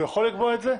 הוא יכול לקבוע את זה?